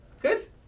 Good